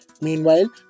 Meanwhile